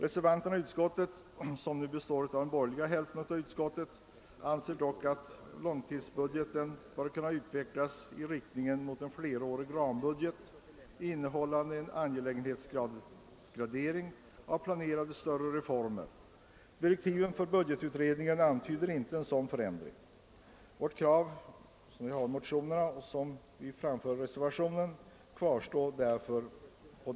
Reservanterna, som nu består av den borgerliga hälften av utskottet, anser dock att långtidsbudgeten bör kunna utvecklas i riktning mot en flerårig rambudget, innehållande en angelägenhetsgradering av planerade statliga reformer. Direktiven för budgetutredningen antyder inte en sådan förändring. Vårt motionskrav på den punkten, som vi också framför i reservationen, kvarstår därför.